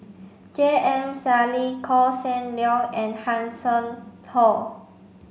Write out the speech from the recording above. J M Sali Koh Seng Leong and Hanson Ho